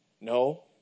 No